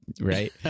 Right